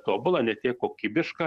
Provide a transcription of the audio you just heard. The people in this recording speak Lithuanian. tobula ne tiek kokybiška